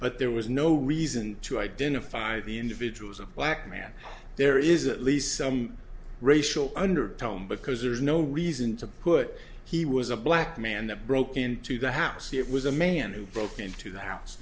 but there was no reason to identify the individual as a black man there is a least some racial under because there is no reason to put he was a black man that broke into the house he it was a man who broke into the house